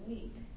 week